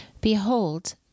Behold